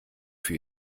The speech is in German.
für